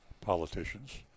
politicians